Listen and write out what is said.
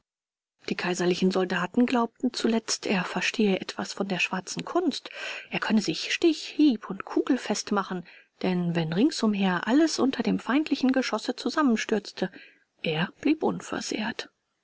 die kaiserlichen soldaten glaubten zuletzt er verstehe etwas von der schwarzen kunst er könne sich stich hieb und kugelfest machen denn wenn rings umher alles unter dem feindlichen geschosse zusammenstürzte blieb er unversehrt